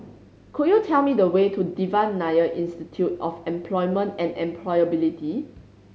could you tell me the way to Devan Nair Institute of Employment and Employability